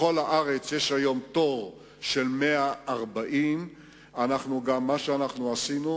בכל הארץ יש היום תור של 140. מה שאנחנו עשינו,